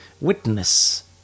Witness